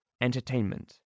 entertainment